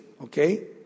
Okay